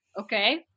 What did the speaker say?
okay